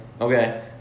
Okay